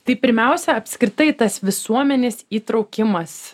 tai pirmiausia apskritai tas visuomenės įtraukimas